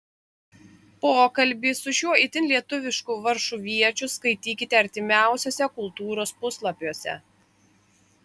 pokalbį su šiuo itin lietuvišku varšuviečiu skaitykite artimiausiuose kultūros puslapiuose